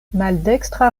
maldekstra